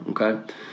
okay